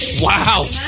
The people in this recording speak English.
Wow